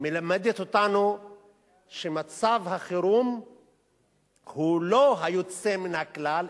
מלמדת אותנו שמצב החירום הוא לא היוצא מן הכלל,